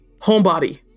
Homebody